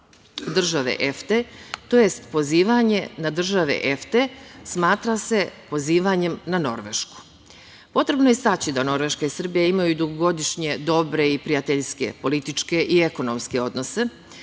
države EFTA, tj. pozivanje na države EFTA smatra se pozivanjem na Norvešku. Potrebno je istaći da Norveška i Srbija imaju dugogodišnje dobre i prijateljske političke i ekonomske odnose.